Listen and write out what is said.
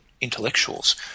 intellectuals